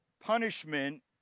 punishment